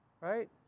right